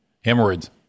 Hemorrhoids